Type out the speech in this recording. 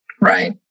Right